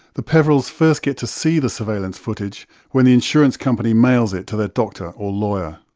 the peverills first get to see the surveillance footage when the insurance company mails it to their doctor or lawyer.